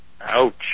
Ouch